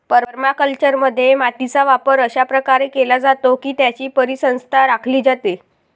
परमाकल्चरमध्ये, मातीचा वापर अशा प्रकारे केला जातो की त्याची परिसंस्था राखली जाते